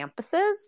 campuses